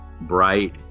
bright